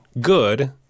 good